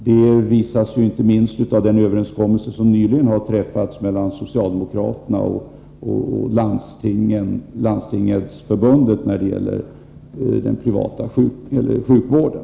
Det visas inte minst av den överenskommelse som nyligen har träffats mellan regeringen och Landstingsförbundet när det gäller sjukvården.